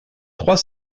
trois